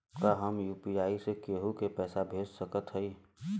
का हम यू.पी.आई से केहू के पैसा भेज सकत हई?